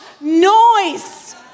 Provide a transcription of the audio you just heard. noise